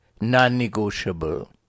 non-negotiable